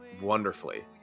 wonderfully